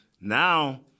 now